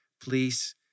please